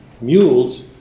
mules